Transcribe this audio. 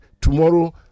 tomorrow